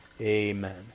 Amen